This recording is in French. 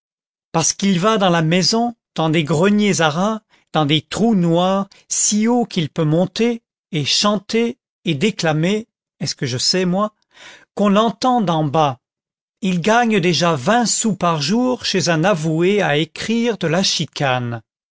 parce qu'il va dans la maison dans des greniers à rats dans des trous noirs si haut qu'il peut monter et chanter et déclamer est-ce que je sais moi qu'on l'entend d'en bas il gagne déjà vingt sous par jour chez un avoué à écrire de la chicane